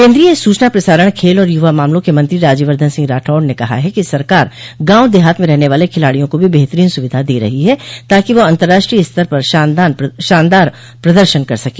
केन्द्रीय सूचना प्रसारण खेल और युवा मामलों के मंत्री राज्यवर्द्धन सिह राठौड़ ने कहा है कि सरकार गांव देहात में रहने वाले खिलाड़ियों को भी बेहतरीन सुविधाएं दे रही है ताकि वह अतंर्राष्ट्रीय स्तर पर शानदार प्रदर्शन कर सके